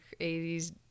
80s